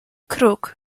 kruk